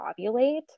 ovulate